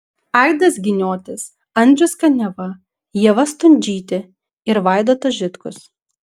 aidas giniotis andrius kaniava ieva stundžytė ir vaidotas žitkus